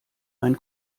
ein